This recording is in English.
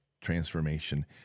transformation